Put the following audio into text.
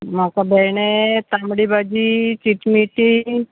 म्हाका भेडें तांबडी भाजी चिटकी मिटकी